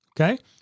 okay